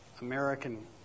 American